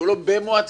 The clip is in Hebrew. אם לא,